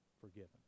forgiven